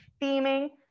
theming